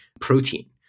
protein